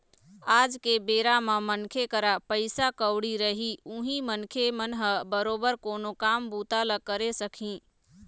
आज के बेरा म मनखे करा पइसा कउड़ी रही उहीं मनखे मन ह बरोबर कोनो काम बूता ल करे सकही